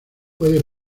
puede